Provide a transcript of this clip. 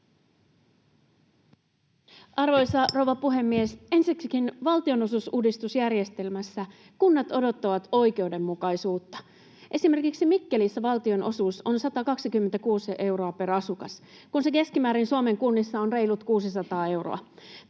Arvoisa rouva puhemies! Ensiksikin valtionosuusuudistusjärjestelmässä kunnat odottavat oikeudenmukaisuutta. Esimerkiksi Mikkelissä valtionosuus on 126 euroa per asukas, kun se keskimäärin Suomen kunnissa on reilut 600 euroa.